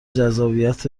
جذابیت